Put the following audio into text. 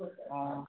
ആ